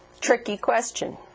tricky question.